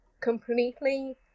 completely